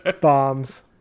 bombs